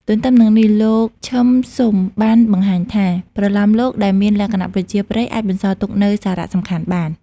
ទន្ទឹមនឹងនេះលោក ឈឹម ស៊ុម បានបង្ហាញថា ប្រលោមលោកដែលមានលក្ខណៈប្រជាប្រិយអាចបន្សល់ទុកនូវសារៈសំខាន់បាន។